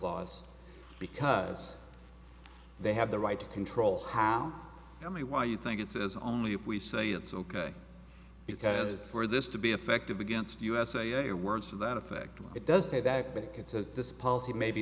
laws because they have the right to control how i mean why you think it says only if we say it's ok because for this to be effective against us a few words to that effect it does say that but it says this policy may be